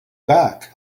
back